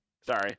sorry